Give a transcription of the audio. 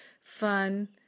fun